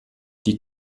die